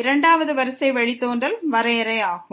இரண்டாவது வரிசை வழித்தோன்றல் வரையறை ஆகும்